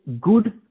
good